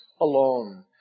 alone